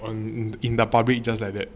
in the public just like that